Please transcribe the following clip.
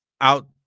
out